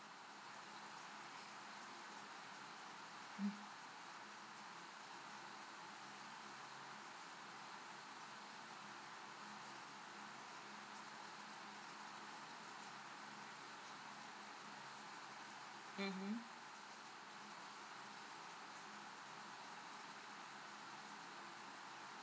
mmhmm